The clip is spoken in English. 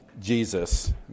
Jesus